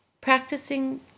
practicing